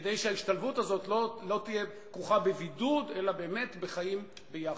כדי שההשתלבות הזאת לא תהיה כרוכה בבידוד אלא באמת בחיים ביחד.